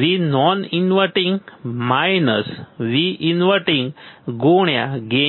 VoutVnon inverting -Vinvertinggain છે